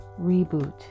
reboot